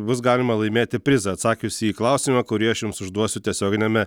bus galima laimėti prizą atsakius į klausimą kurį aš jums užduosiu tiesioginiame